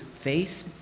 face